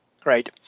Great